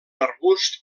arbust